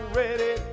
ready